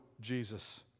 Jesus